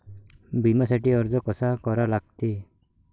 बिम्यासाठी अर्ज कसा करा लागते?